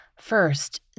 First